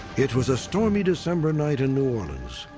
it was a stormy december night in new orleans.